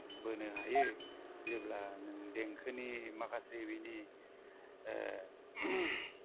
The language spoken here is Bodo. बोनो हायो जेब्ला नों देंखोनि माखासे बेनि